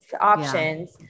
options